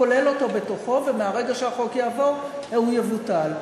כולל אותם בתוכו, ומהרגע שהחוק יעבור, ההוא יבוטל.